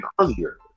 earlier